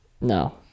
No